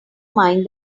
mind